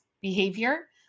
behavior